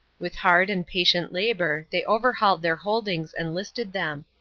with hard and patient labor they overhauled their holdings and listed them.